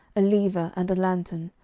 a lever, and a lantern,